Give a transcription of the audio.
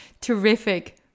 terrific